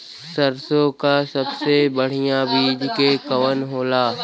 सरसों क सबसे बढ़िया बिज के कवन होला?